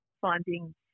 finding